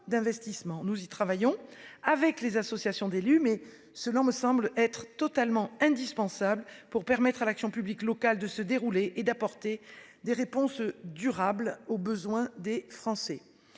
nous y travaillons avec les associations d'élus. Cela me semble indispensable pour permettre à l'action publique locale de se développer et pour apporter des réponses durables aux besoins des Français.